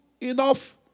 enough